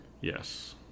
Yes